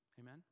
Amen